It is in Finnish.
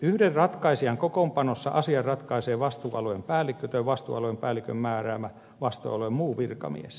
yhden ratkaisijan kokoonpanossa asian ratkaisee vastuualueen päällikkö tai vastuualueen päällikön määräämä vastuualueen muu virkamies